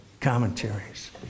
commentaries